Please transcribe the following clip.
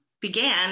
began